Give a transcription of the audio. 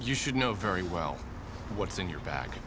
you should know very well what's in your ba